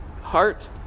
heart